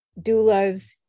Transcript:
doulas